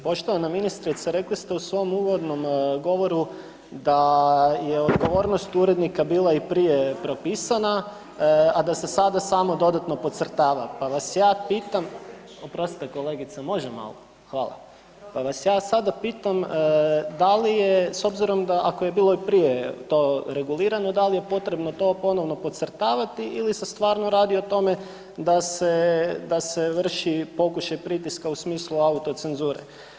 Poštovana ministrice, rekli ste u svom uvodnom govoru da je odgovornost urednika bila i prije propisana, a da se sada samo dodatno podcrtava, pa vas ja pitam, oprostite kolegice može malo, hvala, pa vas ja sada pitam da li je s obzirom da ako je bilo i prije to regulirano da li je potrebno to ponovno podcrtavati ili se stvarno radi o tome da se, da se vrši pokušaj pritiska u smislu autocenzure?